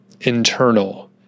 internal